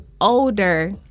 older